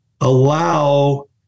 allow